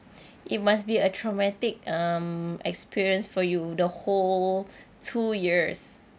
it must be a traumatic um experience for you the whole two years